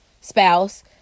spouse